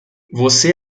você